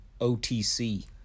OTC